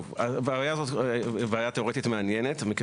בעיה תיאורטית מעניינת.